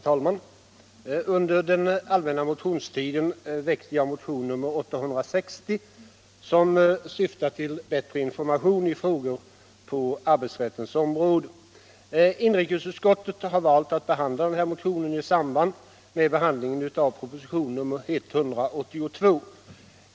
Herr talman! Under den allmänna motionstiden väckte jag motion nr 860, som syftar till bättre information i frågor på arbetsrättens område. Inrikesutskottet har valt att behandla motionen i samband med behandlingen av proposition nr 182.